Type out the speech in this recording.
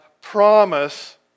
promise